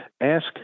ask